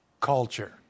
culture